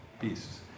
beasts